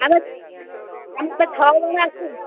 ଆମେ ଆମେ ତ ଛଅ ଜଣ ଆସିଛୁ